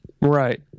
right